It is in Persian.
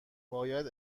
باید